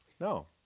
No